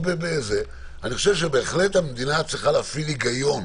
אני חושב שבהחלט המדינה צריכה להפעיל היגיון.